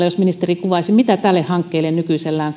jos ministeri kuvaisi muutamalla sanalla mitä tälle hankkeelle nykyisellään